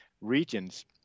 regions